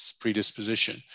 predisposition